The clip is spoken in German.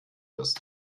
ist